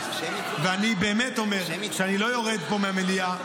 ואני באמת אומר שאני לא יורד פה מהמליאה,